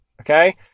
okay